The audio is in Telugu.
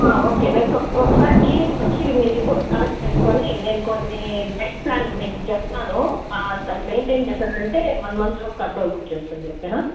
ఓకే రేపు ఒకసారి క్లినిక్కి వచ్చి మీ రిపోర్ట్స్ కలెక్ట్ చేసుకోండి నేను కొన్ని డైట్ ప్లాన్లు నేను మీకు చెప్తాను దాన్ని మెయింటైన్ చేసారంటే వన్ మంత్ లోపల కంట్రోల్లోకి వచ్చేస్తుంది ఓకేనా